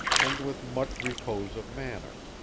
and with much repose of manner.